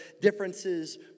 differences